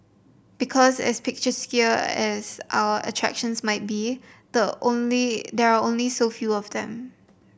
because as picturesque as our attractions might be the only there are only so few of them